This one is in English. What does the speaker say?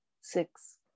Six